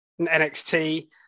NXT